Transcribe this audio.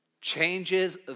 Changes